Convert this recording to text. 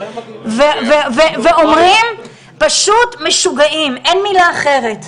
ואומרים פשוט משוגעים, אין מילה אחרת.